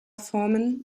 formen